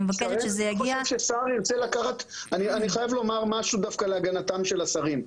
אני חייב לומר משהו דווקא להגנתם של השרים.